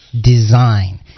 design